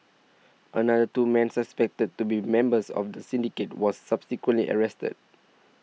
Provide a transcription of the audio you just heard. another two men suspected to be members of the syndicate was subsequently arrested